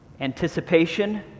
anticipation